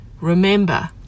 Remember